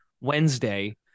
Wednesday